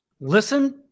Listen